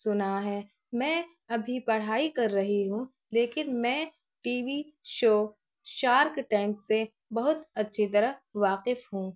سنا ہے میں ابھی پڑھائی کر رہی ہوں لیکن میں T V show Shark Tank سے بہت اچھی طرح واقف ہوں